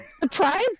Surprise